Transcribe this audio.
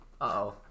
uh-oh